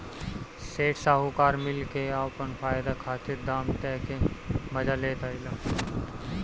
सेठ साहूकार मिल के आपन फायदा खातिर दाम तय क के मजा लेत आइल बा